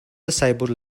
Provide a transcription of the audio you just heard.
disabled